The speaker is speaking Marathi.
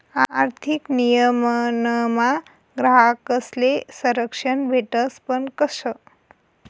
आर्थिक नियमनमा ग्राहकस्ले संरक्षण भेटस पण कशं